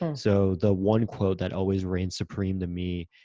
and so the one quote that always reign supreme to me,